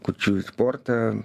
kurčiųjų sportą